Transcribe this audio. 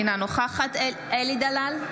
אינה נוכחת אלי דלל,